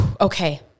okay